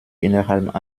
innerhalb